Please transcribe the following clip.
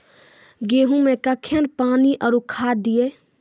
गेहूँ मे कखेन पानी आरु खाद दिये?